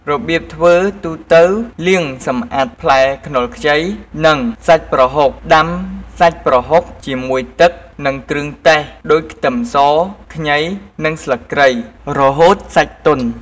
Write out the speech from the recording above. របៀបធ្វើទូទៅ លាងសម្អាតផ្លែខ្នុរខ្ចី និងសាច់ប្រហុក ដាំសាច់ប្រហុកជាមួយទឹក និងគ្រឿងទេសដូចខ្ទឹមស ខ្ញី និងស្លឹកគ្រៃ រហូតសាច់ទន់។